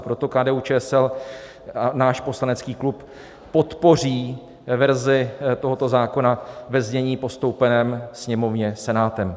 Proto KDUČSL, náš poslanecký klub, podpoří verzi tohoto zákona ve znění postoupeném Sněmovně Senátem.